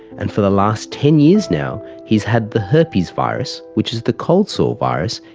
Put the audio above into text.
and for the last ten years now he's had the herpes virus, which is the cold sore virus,